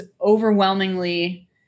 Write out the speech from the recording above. overwhelmingly